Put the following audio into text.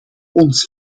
ons